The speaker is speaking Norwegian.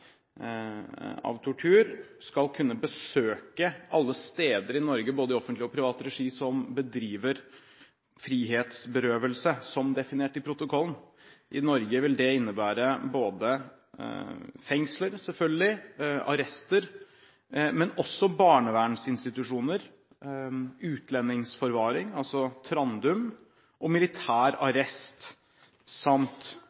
av tortur skal kunne besøke alle steder i Norge, både i offentlig og privat regi, som bedriver frihetsberøvelse som definert i protokollen. I Norge vil det innebære både fengsler, selvfølgelig, og arrester, men også barnevernsinstitusjoner, utlendingsforvaring, altså Trandum, og militær